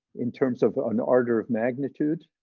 in terms of an order of magnitude,